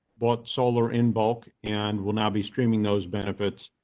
bought solar in bulk and will now be streaming those benefits.